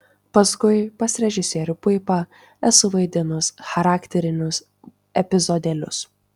paskui pas režisierių puipą esu vaidinusi charakterinius epizodėlius